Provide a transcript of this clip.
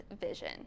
vision